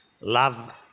love